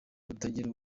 kutagira